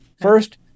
First